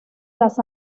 las